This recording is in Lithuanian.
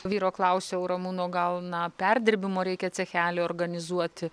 vyro klausiau ramūno gal na perdirbimo reikia cechelį organizuoti